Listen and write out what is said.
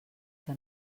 que